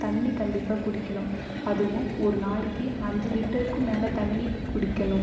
தண்ணி கண்டிப்பாக குடிக்கணும் அதுவும் ஒரு நாளைக்கு அஞ்சு லிட்டருக்கும் மேல் தண்ணி குடிக்கணும்